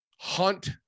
hunt